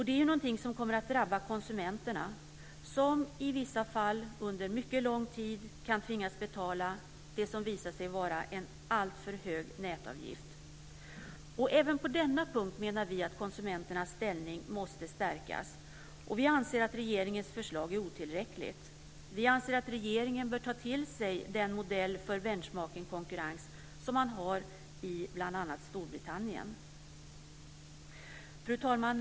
Det är någonting som kommer att drabba konsumenterna som i vissa fall under mycket lång tid kan tvingas betala det som visar sig vara en alltför hög nätavgift. Även på denna punkt menar vi att konsumenternas ställning måste stärkas. Och vi anser att regeringens förslag är otillräckligt. Vi anser att regeringen bör ta till sig den modell för benchmarking-konkurrens som man har i bl.a. Storbritannien. Fru talman!